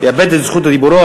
יאבד את זכות דיבורו,